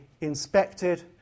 inspected